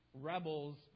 rebels